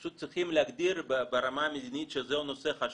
פשוט צריך להגדיר ברמה המדינית שזהו נושא חשוב,